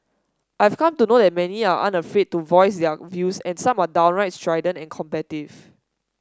I've come to know that many are unafraid to voice their views and some are downright strident and combative